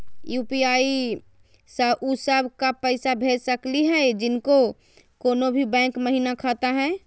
UPI स उ सब क पैसा भेज सकली हई जिनका कोनो भी बैंको महिना खाता हई?